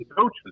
coaches